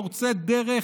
פורצי דרך,